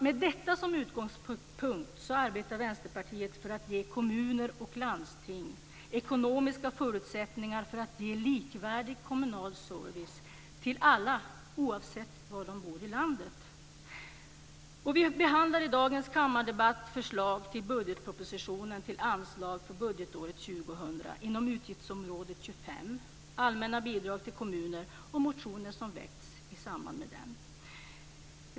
Med detta som utgångspunkt arbetar Vänsterpartiet för att ge kommuner och landsting ekonomiska förutsättningar för att ge likvärdig kommunal service till alla oavsett var de bor i landet. Vi behandlar i dagens kammardebatt förslag i budgetpropositionen till anslag för budgetåret 2000 inom utgiftsområde 25 Allmänna bidrag till kommuner, och motioner som väckts i samband med den.